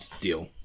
deal